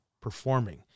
performing